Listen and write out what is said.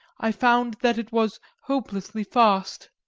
i found that it was hopelessly fast.